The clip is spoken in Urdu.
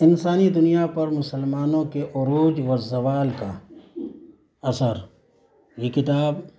انسانی دنیا پر مسلمانوں کے عروج و زوال کا اثر یہ کتاب